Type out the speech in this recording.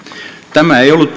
tämä ei ollut